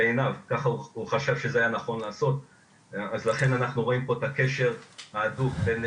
לכן אנחנו רואים פה את הקשר ההדוק בין